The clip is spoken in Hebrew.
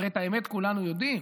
הרי את האמת כולנו יודעים: